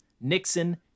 Nixon